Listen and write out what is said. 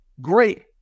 great